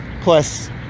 plus